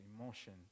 emotion